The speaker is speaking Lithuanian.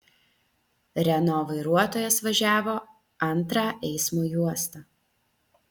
renault vairuotojas važiavo antrą eismo juosta